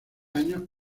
años